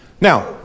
Now